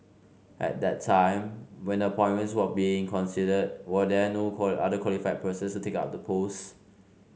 at that time when the appointments were being considered were there no other qualified persons to take up the posts